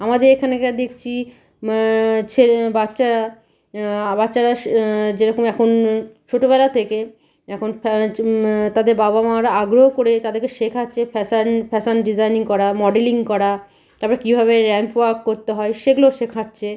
আমাদের এখানেকার দেখছি ছেলে বাচ্চারা আর বাচ্চারা যেরকম এখন ছোটোবেলা থেকে এখন তাদের বাবা মারা আগ্রহ করে তাদেরকে শেখাচ্ছে ফ্যাশান ফ্যাশান ডিজাইনিং করা মডেলিং করা তারপরে কীভাবে র্যাম্প ওয়াক করতে হয় সেগুলো শেখাচ্ছে